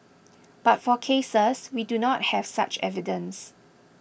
but for cases we do not have such evidence